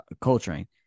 coltrane